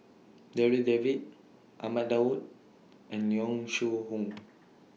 Darryl David Ahmad Daud and Yong Shu Hoong